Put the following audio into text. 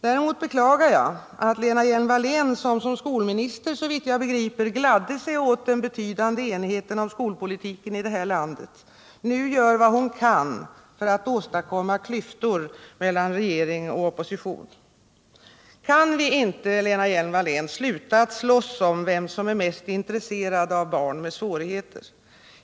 Däremot beklagar jag att Lena Hjelm-Wallén, som såvitt jag begriper i egenskap av skolminister gladde sig åt den betydande enheten om skolpolitiken i det här landet, nu gör vad hon kan för att åstadkomma klyftor mellan regering och opposition. Kan vi inte, Lena Hjelm-Wallén, sluta att slåss om vem som är mest intresserad av barn med svårigheter?